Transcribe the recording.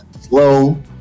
slow